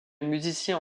musicien